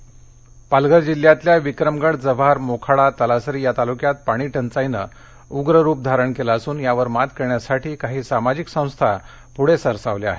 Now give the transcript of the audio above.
पाणी टंचाई पालघर पालघर जिल्ह्यातल्या विक्रमगड जव्हार मोखाडा तलासरी तालुक्यात पाणी टंचाईनं उग्र रूप धारण केलं असून त्यावर मात करण्यासाठी काही सामाजिक संस्था पुढे सरसावल्या आहेत